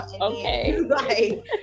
Okay